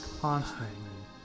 constantly